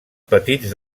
petits